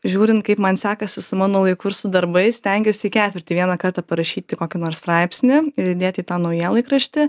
žiūrint kaip man sekasi su mano laiku ir su darbais stengiuos į ketvirtį vieną kartą parašyti kokį nors straipsnį ir įdėti į tą naujienlaikraštį